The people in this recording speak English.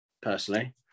Personally